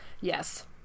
Yes